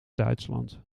duitsland